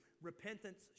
Repentance